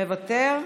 מוותר,